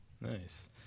nice